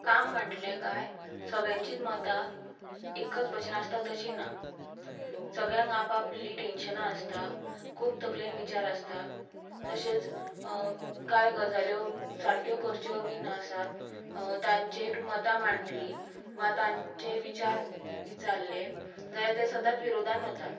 काम म्हटले कांय सगळ्यांचींच मतां एकच भशेन आसता तशें ना सगळ्यांक आप आपलीं टॅन्शनां आसता खूब तकलेंत विचार आसता तशेंच कांय गजाल्यो सारक्यो करच्यो बी आसात तांचेर मतां मांडलीं वा तांचेर विचार विचारले जाल्यार ते सदांच विरोधांत वता